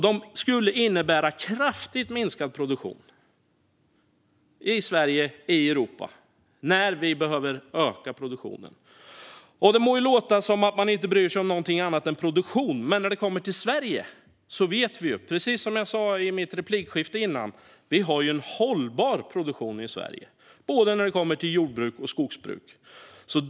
De skulle innebära kraftigt minskad produktion i Sverige och Europa, när produktionen behöver öka. Det må låta som att man inte bryr sig om något annat än produktion. Men vi vet, precis som jag sa i mitt replikskifte tidigare, att vi i Sverige har en hållbar produktion när det kommer till både jordbruk och skogsbruk.